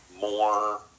more